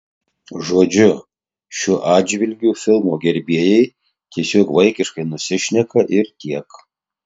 žodžiu šiuo atžvilgiu filmo gerbėjai tiesiog vaikiškai nusišneka ir tiek